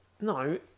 No